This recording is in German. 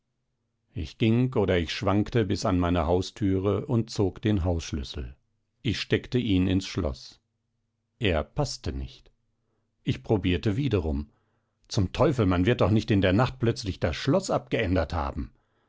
ich ging oder ich schwankte bis an meine haustüre und zog den hausschlüssel ich steckte ihn ins schloß er paßte nicht ich probierte wiederum zum teufel man wird doch nicht in der nacht plötzlich das schloß abgeändert haben